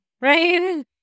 right